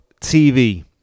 TV